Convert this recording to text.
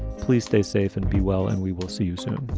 please stay safe and be well. and we will see you soon